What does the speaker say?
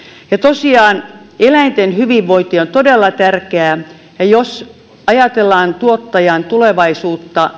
tosiaan eläinten hyvinvointi on todella tärkeää ja jos ajatellaan tuottajan tulevaisuutta